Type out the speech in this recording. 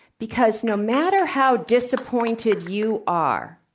because no matter how disappointed you are,